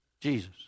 Jesus